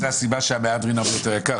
זו הסיבה שהמהדרין הרבה יותר יקר.